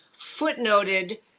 footnoted